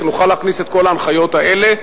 נוכל להכניס את כל ההנחיות האלה,